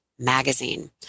Magazine